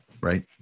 right